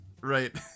Right